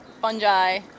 fungi